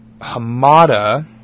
Hamada